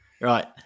right